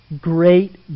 great